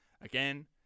again